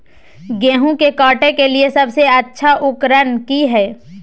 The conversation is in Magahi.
गेहूं के काटे के लिए सबसे अच्छा उकरन की है?